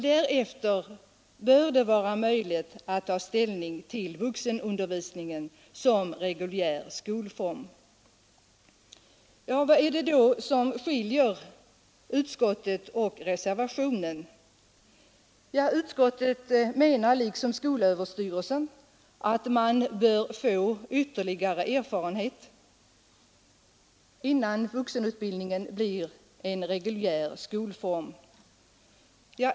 Därefter bör det vara möjligt att ta ställning till vuxenundervisningen som reguljär skolform. Vad är det då som skiljer utskottet och reservanterna? Ja, utskottet menar liksom skolöverstyrelsen att man bör få ytterligare erfarenhet innan man tar ställning till vuxenutbildningen för de utvecklingsstörda som en reguljär skolform.